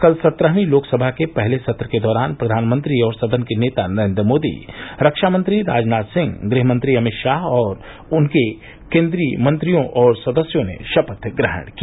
कल सत्रहवी लोकसभा के पहले सत्र के दौरान प्रधानमंत्री और सदन के नेता नरेन्द्र मोदी रक्षामंत्री राजनाथ सिंह गृहमंत्री अमित शाह और अनेक केन्द्रीय मंत्रियों और सदस्यों ने शपथग्रहण की